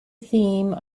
theme